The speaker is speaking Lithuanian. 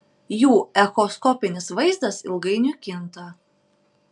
jų echoskopinis vaizdas ilgainiui kinta